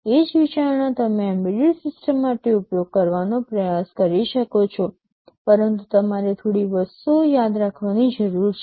એ જ વિચારણા તમે એમ્બેડેડ સિસ્ટમ માટે ઉપયોગ કરવાનો પ્રયાસ કરી શકો છો પરંતુ તમારે થોડી વસ્તુઓ યાદ રાખવાની જરૂર છે